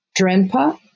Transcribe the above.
Drenpa